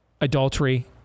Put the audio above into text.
adultery